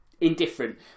indifferent